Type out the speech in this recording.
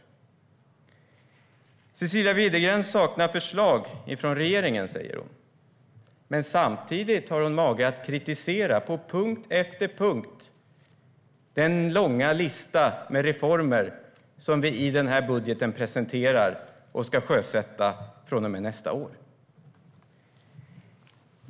Cecilia Widegren saknar förslag från regeringen, säger hon. Men samtidigt har hon mage att på punkt efter punkt kritisera den långa lista med reformer som vi presenterar i den här budgeten och ska sjösätta från och med nästa år.